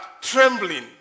trembling